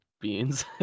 beans